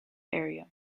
area